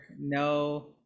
no